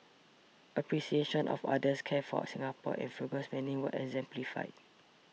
appreciation of others care for Singapore and frugal spending were exemplified